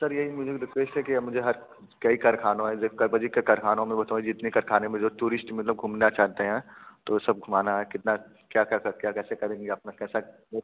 sir यही मुझे भी रिक्वेस्ट है कि अब मुझे हर कई कारखानों के कारखानों में वह सब जितनी कारखानों में जो टूरिस्ट मतलब घूमना चाहते हैं तो सब घूमाना है कितना क्या क्या करके कैसे करेंगे अपना कैसा वह